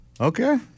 Okay